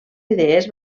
idees